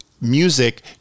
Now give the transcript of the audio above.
music